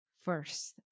first